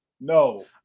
No